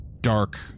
dark